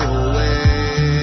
away